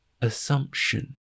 assumption